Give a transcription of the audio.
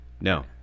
No